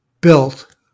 built